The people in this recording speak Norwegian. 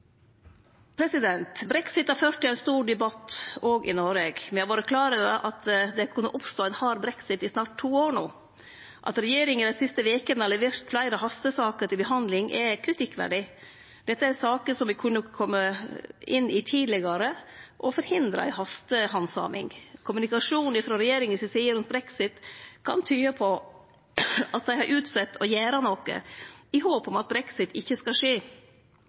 har ført til ein stor debatt òg i Noreg. Me har vore klar over at det kunne oppstå ein hard brexit i snart to år no. At regjeringa dei siste vekene har levert fleire hastesaker til behandling, er kritikkverdig. Dette er saker som vi kunne ha kome inn i tidlegare og med det forhindre ei hastehandsaming. Kommunikasjonen frå regjeringa si side rundt brexit kan tyde på at dei har utsett å gjere noko i håp om at brexit ikkje skal skje.